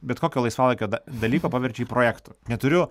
bet kokio laisvalaikio da dalyką paverčiu jį projektu neturiu